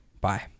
Bye